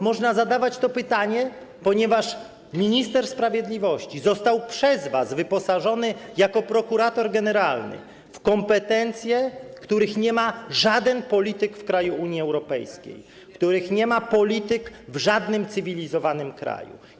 Można zadawać to pytanie, ponieważ minister sprawiedliwości został przez was wyposażony jako prokurator generalny w kompetencje, których nie ma żaden polityk w krajach Unii Europejskiej, których nie ma polityk w żadnym cywilizowanym kraju.